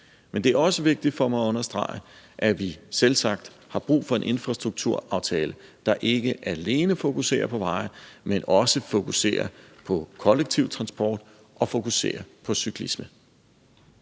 Men det er også vigtigt for mig at understrege, at vi selvsagt har brug for en infrastrukturaftale, der ikke alene fokuserer på veje, men også fokuserer på kollektiv transport og cyklisme.